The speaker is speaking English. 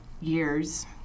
years